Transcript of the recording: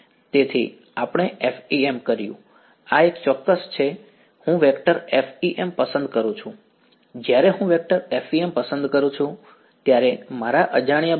તેથી આપણે FEM કર્યું અને આ ચોક્કસ છે હું વેક્ટર FEM પસંદ કરું છું જ્યારે હું વેક્ટર FEM પસંદ કરું છું ત્યારે મારા અજાણ્યા બાજુઓ સાથે અજ્ઞાત બની જાય છે